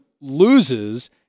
loses